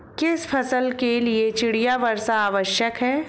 किस फसल के लिए चिड़िया वर्षा आवश्यक है?